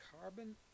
carbon